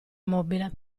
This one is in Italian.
mobile